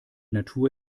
natur